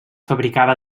fabricava